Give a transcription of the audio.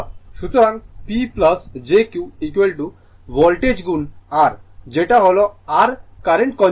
সুতরাং P jQ voltage গুণ r যেটা হল r কারেন্ট কনজুগেট